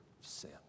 sin